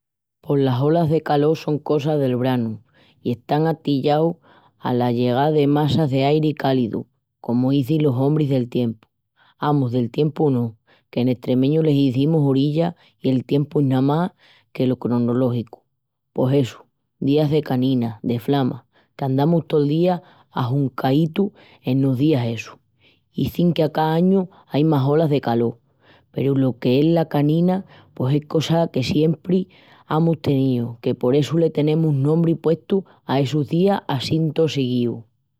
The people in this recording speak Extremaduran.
Pos las olas de calol son cosas del branu i están atillaus ala llegá de massas d'airi cálidu, comu izin los ombris del tiempu. Amus del tiempu no, que en estremeñu l'izimus orilla i el tiempu es namás que'l cronológicu. Pos essu, días de canina, de flama, qu'andamus tol día ajuncaítus enos días essus. Izin que a ca añu ain más olas de calol peru lo que es la canina pos es cosa que siempri amus teníu que por essu le tenemus nombri puestu a essus días assín tós siguíus.